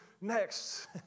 next